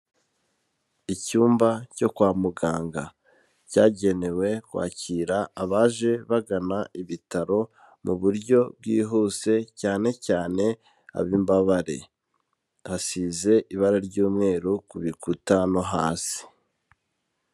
Icyumba cyo kwa muganga, cyagenewe kwakira abaje bagana ibitaro mu buryo bwihuse, cyane cyane ab'imbabare, hasize ibara ry'umweru ku bikuta no hasi.